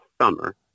summer